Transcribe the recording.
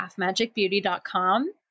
halfmagicbeauty.com